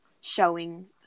showing